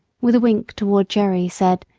with a wink toward jerry, said,